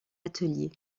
atelier